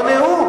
על הדוכן.